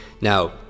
now